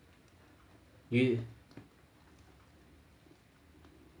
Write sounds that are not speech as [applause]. [noise]